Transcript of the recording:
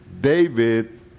David